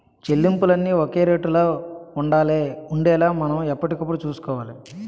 చెల్లింపులన్నీ ఒక రేటులో ఉండేలా మనం ఎప్పటికప్పుడు చూసుకోవాలి